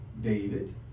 David